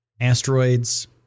asteroids